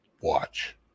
Watch